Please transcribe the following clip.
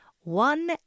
one